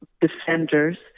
defenders